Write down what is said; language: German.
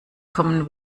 common